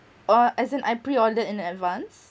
or as in I pre ordered in advance